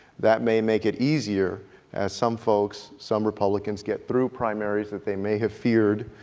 that may make it easyier as some folks, some republicans get through primaries that they may have feared,